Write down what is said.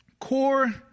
core